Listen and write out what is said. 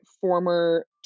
former